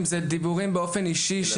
דיבורים באופן אישי,